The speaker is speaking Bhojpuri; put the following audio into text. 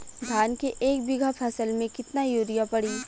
धान के एक बिघा फसल मे कितना यूरिया पड़ी?